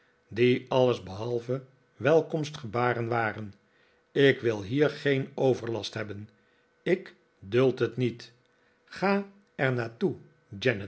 die alles behalve welkomstgebaren waren ik wil hier geen overlast hebben ik duld het niet ga er naar toe